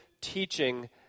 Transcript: teaching